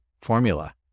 formula